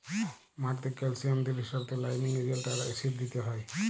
মাটিতে ক্যালসিয়াম দিলে সেটতে লাইমিং এজেল্ট আর অ্যাসিড দিতে হ্যয়